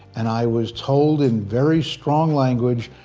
and i was told in very strong language,